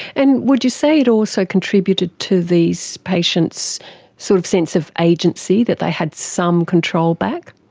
and would you say it also contributed to these patients' sort of sense of agency, that they had some control back?